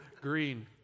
Green